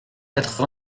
quatre